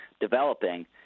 developing